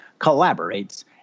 collaborates